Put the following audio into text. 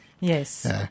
Yes